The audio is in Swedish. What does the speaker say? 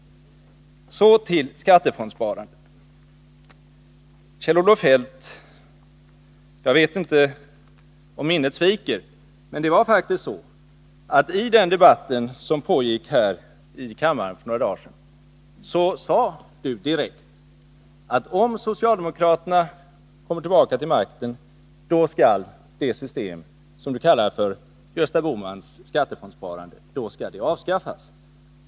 Så till skattefondssparandet. Jag vet inte om Kjell-Olof Feldts minne sviker, men det var faktiskt så att Kjell-Olof Feldt i den debatt som fördes här i kammaren för några dagar sedan direkt uttalade, att om socialdemokraterna kommer tillbaka till makten, skall det system som Kjell-Olof Feldt kallar för Gösta Bohmans skattefondssparande avskaffas.